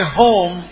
home